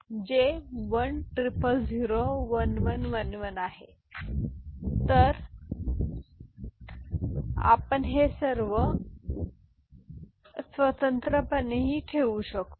तर वेळेच्या कमतरतेमुळे मला म्हणायचे आहे अन्यथा आपण त्यांना येथे स्वतंत्र ठिकाणी ठेवू शकता हे परंतु मोठ्या चित्रात आपण त्या सर्व मूल्ये ठेवू शकता आणि एकामागून एक त्यास जोडत राहू शकता